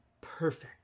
perfect